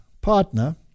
partner